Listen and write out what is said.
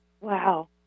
Wow